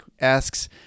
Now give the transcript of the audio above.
asks